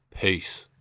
Peace